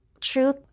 true